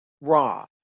raw